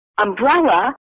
Umbrella